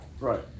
right